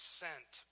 sent